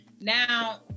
Now